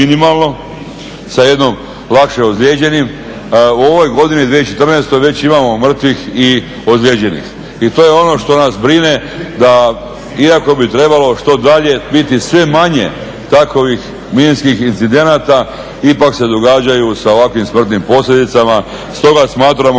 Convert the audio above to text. sa jednim lakše ozlijeđenim. U ovoj godini 2014.već imamo mrtvih i ozlijeđenih i to je ono što nas brine da iako bi trebalo što dalje biti sve manje takvih minskih incidenata ipak se događaju sa ovakvim smrtnim posljedicama. Stoga smatramo